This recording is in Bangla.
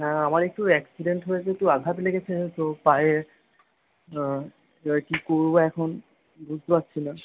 হ্যাঁ আমার একটু অ্যাক্সিডেন্ট হয়েছে তো আঘাত লেগেছে তো পায়ে এবার কি করবো এখন বুঝতে পারছি না